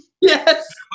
Yes